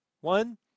One